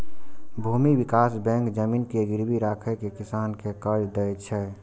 भूमि विकास बैंक जमीन के गिरवी राखि कें किसान कें कर्ज दै छै